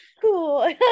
Cool